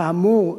כאמור,